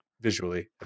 visually